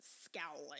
scowling